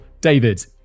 David